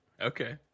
okay